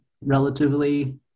relatively